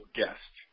guest